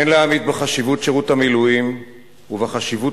אין להמעיט בחשיבות שירות המילואים ובחשיבות